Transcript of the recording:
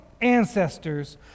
ancestors